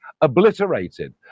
obliterated